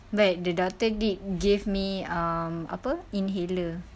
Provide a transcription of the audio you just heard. but the doctor then gi~ gave me um apa inhaler